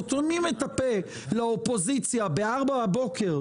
סותמים את הפה לאופוזיציה ב-4:00 בבוקר,